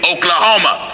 Oklahoma